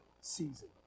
season